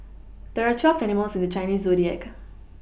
there are twelve animals in the Chinese zodiac